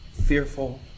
fearful